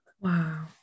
Wow